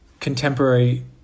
contemporary